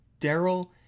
Daryl